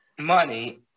money